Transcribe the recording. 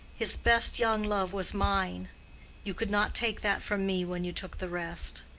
his best young love was mine you could not take that from me when you took the rest.